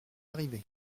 arrivée